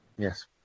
Yes